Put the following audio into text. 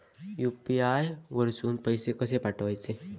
UPI वरसून पैसे कसे पाठवचे?